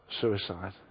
suicide